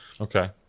Okay